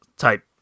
Type